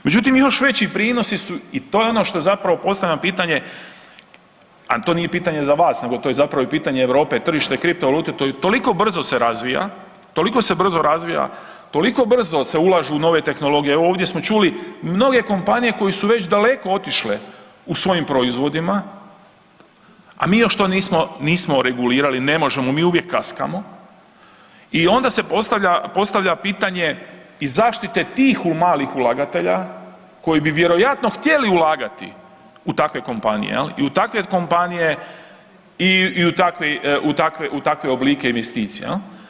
Međutim, još veći prinosi su i to je ono što zapravo postavljam pitanje, a to nije pitanje za vas nego to je zapravo i pitanje Europe tržište kriptovalute toliko brzo se razvija, toliko se brzo razvija, toliko brzo se ulažu u nove tehnologije, evo ovdje smo čuli mnoge kompanije koje su već daleko otišle u svojim proizvodima, a mi još to nismo regulirali ne možemo, mi uvijek kaskamo i onda se postavlja pitanje i zaštite tih malih ulagatelja koji bi vjerojatno htjeli ulagati u takve kompanije jel i u takve kompanije i u takve oblike investicija.